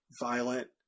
violent